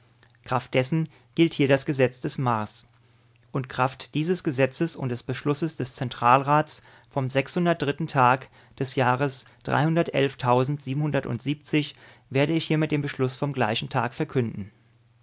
kraft dessen gilt hier das gesetz des mars und kraft dieses gesetzes und des beschlusses des zentralrats vom tag des jahres werde ich hiermit den beschluß vom gleichen tag verkünden